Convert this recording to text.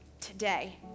today